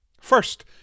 First